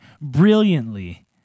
brilliantly